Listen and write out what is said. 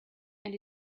and